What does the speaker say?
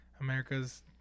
America's